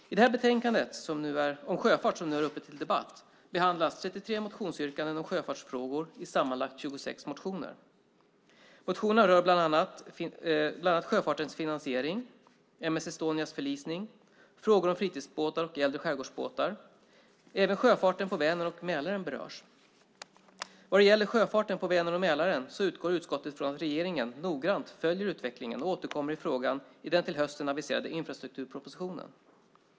I detta betänkande om sjöfart som är uppe till debatt behandlas 33 motionsyrkanden om sjöfartsfrågor i sammanlagt 26 motioner. Motionerna rör bland annat sjöfartens finansiering, M/S Estonias förlisning och frågor om fritidsbåtar och äldre skärgårdsbåtar. Även sjöfarten på Vänern och Mälaren berörs. Vad gäller sjöfarten på Vänern och Mälaren utgår utskottet från att regeringen noggrant följer utvecklingen och återkommer i frågan i den till hösten aviserade infrastrukturpropositionen.